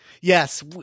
Yes